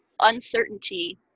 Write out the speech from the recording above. uncertainty